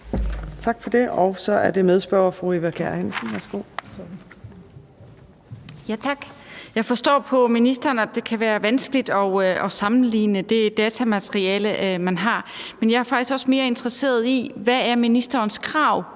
Tak for det. Så er det medspørgeren, fru Eva Kjer Hansen. Værsgo. Kl. 15:58 Eva Kjer Hansen (V): Tak. Jeg forstår på ministeren, at det kan være vanskeligt at sammenligne det datamateriale, man har. Men jeg er faktisk også mere interesseret i, hvad ministerens krav